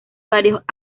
varios